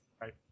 Right